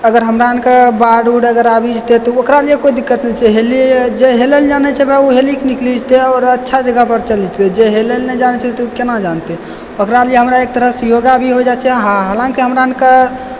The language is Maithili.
अगर हमरानके बाढ़ ऊढ़ अगर आबी जेतय तऽ ओकरा लिअ कोइ दिक्कत नहि छै जे हेलयलऽ जानैत छै ओ हेलीकऽ निकली जेतय आओर अच्छा जगह पर चल जेतय जे हेलयलऽ नहि जानैत छै तऽ ओ केना जानतय ओकरा लिए हमरा एकतरहसँ योगा भी हो जाइत छै आ हालाँकि हमरानकऽ